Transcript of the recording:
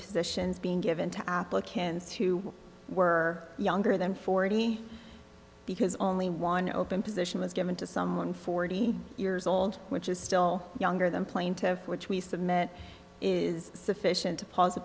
positions being given to applicants who were younger than forty because only one open position was given to someone forty years old which is still younger than plaintiff which we submit is sufficient to pause a